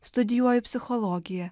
studijuoju psichologiją